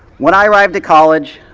when i arrived at college,